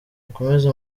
mukomeze